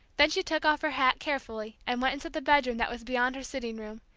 then she took off her hat carefully and went into the bedroom that was beyond her sitting room,